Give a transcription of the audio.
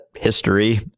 history